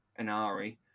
Anari